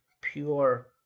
pure